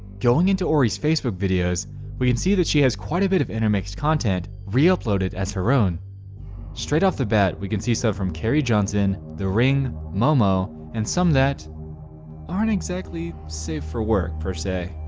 going into ories facebook videos we can see that she has quite a bit of intermixed content reuploaded as her own straight off the bat we can see so from carrie johnson the ring momo and some that aren't exactly safe for work per se